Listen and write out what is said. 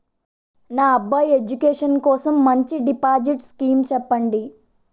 నా అబ్బాయి ఎడ్యుకేషన్ కోసం మంచి డిపాజిట్ స్కీం చెప్పండి